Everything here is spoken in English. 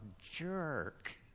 jerk